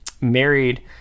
married